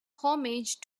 homage